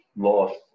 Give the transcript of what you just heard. lost